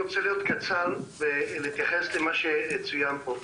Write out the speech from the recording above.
אני רוצה להיות קצר ולהתייחס למה שצוין פה.